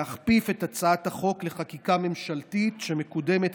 להכפיף את הצעת החוק לחקיקה ממשלתית שמקודמת,